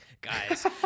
guys